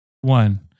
one